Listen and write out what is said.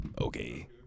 Okay